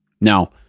Now